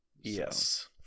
yes